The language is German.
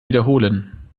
wiederholen